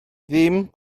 ddim